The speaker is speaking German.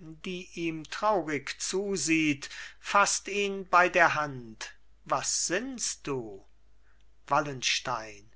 die ihm traurig zusieht faßt ihn bei der hand was sinnst du wallenstein